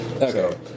Okay